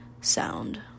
sound